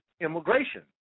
immigration